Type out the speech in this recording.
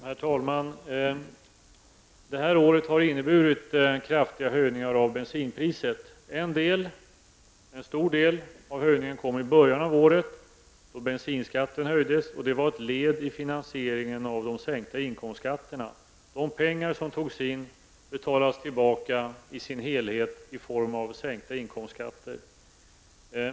Herr talman! Det här året har inneburit kraftiga höjningar av bensinpriset. En stor del av höjningen kom i början av året, då bensinskatten höjdes. Det var ett led i finansieringen av inkomstskattesänkningarna. De pengar som togs in betalades tillbaka i sin helhet i form av inkomstskattesänkningar.